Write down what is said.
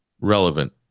relevant